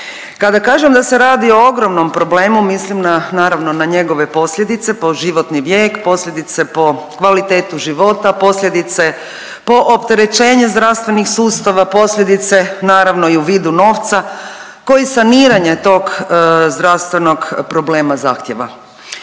Kada kažem da se radi o ogromnom problemu mislim na naravno na njegove posljedice po životni vijek, posljedice po kvalitetu života, posljedice po opterećenje zdravstvenih sustava, posljedice naravno i u vidu novca koji saniranje tog zdravstvenog problema zahtjeva